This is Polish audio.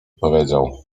powiedział